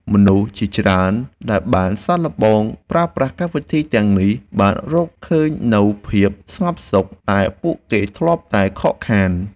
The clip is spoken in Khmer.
មនុស្សជាច្រើនដែលបានសាកល្បងប្រើប្រាស់កម្មវិធីទាំងនេះបានរកឃើញនូវភាពស្ងប់សុខដែលពួកគេធ្លាប់តែខកខាន។